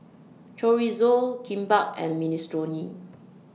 Chorizo Kimbap and Minestrone